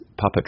puppetry